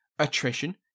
attrition